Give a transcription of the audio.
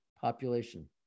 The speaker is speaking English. population